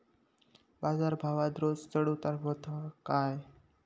बाजार भावात रोज चढउतार व्हता काय?